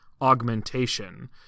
augmentation